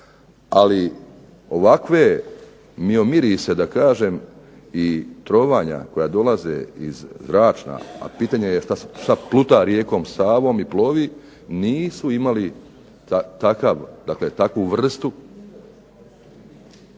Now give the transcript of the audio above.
ali ovakve miomirise da kažem i trovanja koja dolaze iz zračna, a pitanje je što pluta rijekom Savom i plovi, nisu imali takav,